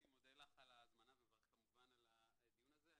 אני מודה לך על ההזמנה ומברך כמובן על הדיון הזה.